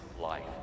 life